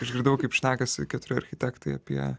išgirdau kaip šnekasi keturi architektai apie